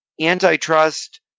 Antitrust